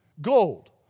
Gold